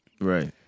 Right